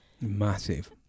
massive